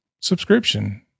subscription